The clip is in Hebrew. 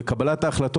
ההחלטה